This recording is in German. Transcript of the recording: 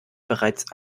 bereits